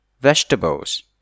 vegetables